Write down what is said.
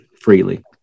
freely